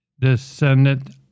descendant